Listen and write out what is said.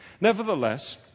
Nevertheless